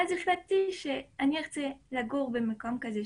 אז החלטתי שאני אנסה לגור במקום כזה,